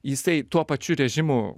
jisai tuo pačiu režimu